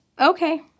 Okay